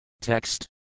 Text